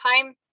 time